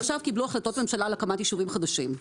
עכשיו קיבלו החלטות ממשלה על הקמת יישובים חדשים.